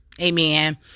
Amen